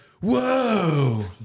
whoa